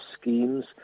schemes